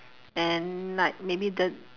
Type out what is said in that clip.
and like maybe the